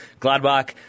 Gladbach